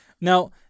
now